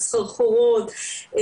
סחרחורות,